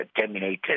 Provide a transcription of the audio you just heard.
terminated